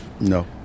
No